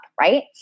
Right